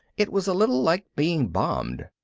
it was a little like being bombed.